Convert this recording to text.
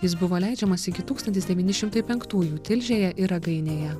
jis buvo leidžiamas iki tūkstantis devyni šimtai penktųjų tilžėje ir ragainėje